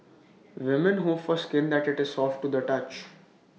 women hope for skin that is soft to the touch